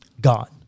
God